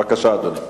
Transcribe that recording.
בבקשה, אדוני.